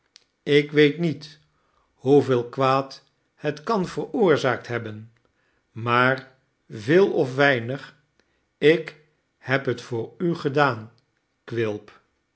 ik weet niet hoeveel kwaad het kan veroorzaakt hebben maar veel of weinig ik heb het voor u gedaan quilp